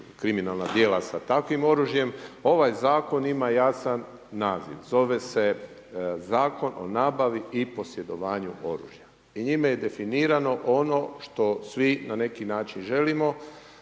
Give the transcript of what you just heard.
kriminalna djela sa takvim oružjem. Ovaj Zakon ima jasan naziv. Zove se Zakon o nabavi i posjedovanju oružja. I njima je definirano ono što svi na neki način želimo